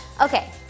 Okay